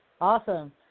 Awesome